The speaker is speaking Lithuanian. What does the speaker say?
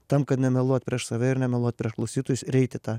tam kad nemeluot prieš save ir nemeluot prieš klausytojus ir eit į tą